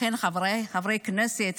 לכן, חבריי חברי הכנסת,